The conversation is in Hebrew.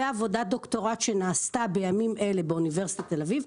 ועבודת דוקטורט שנעשתה בימים אלה באוניברסיטת תל אביב,